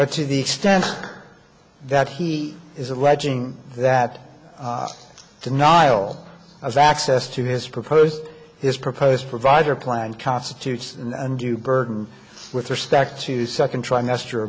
but to the extent that he is alleging that denial of access to his proposed his proposed provider plan constitutes an undue burden with respect to second trimester